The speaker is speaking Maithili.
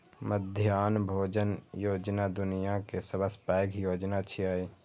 मध्याह्न भोजन योजना दुनिया के सबसं पैघ योजना छियै